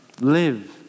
live